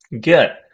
Good